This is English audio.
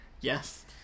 Yes